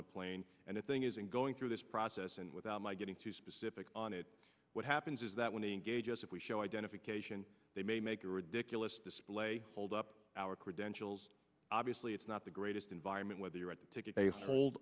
the plane and if thing isn't going through this process and without my getting too specific on it what happens is that when they engage us if we show identification they may make a ridiculous display hold up our credentials obviously it's not the greatest environment whether you're at the ticket